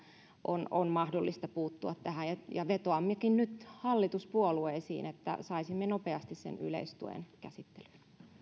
on on mahdollista puuttua tähän vetoammekin nyt hallituspuolueisiin että saisimme nopeasti sen yleistuen käsittelyyn